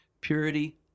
Purity